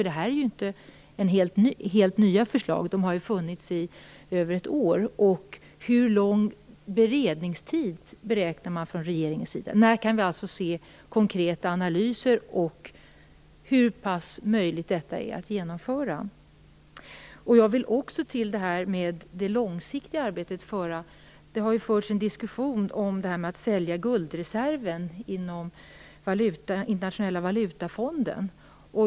Det är ju inte helt nya förslag. De har funnits i över ett år. Hur lång beredningstid beräknar man från regeringens sida? När kan vi alltså se konkreta analyser av om det är möjligt att genomföra? Vad gäller det långsiktiga arbetet vill jag säga att det har förts en diskussion om att sälja guldreserven inom Internationella valutafonden.